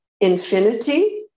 infinity